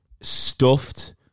stuffed